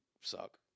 suck